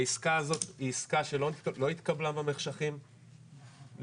העסקה הזאת היא עסקה שלא התקבלה במחשכים, להיפך,